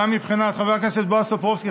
גם מבחינת חבר הכנסת בועז טופורובסקי,